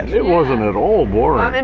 it wasn't at all boring. and